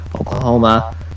Oklahoma